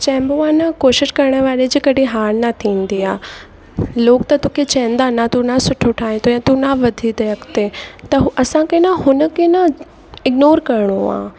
चइबो आहे न कोशिश करण वारे जे कॾहिं हार न थींदी आहे लोग त तोखे चवंदा न तूं न सुठो ठाहे तो या वधंदे अॻिते त हू असांखे न हुन खे न इगनोर करिणो आहे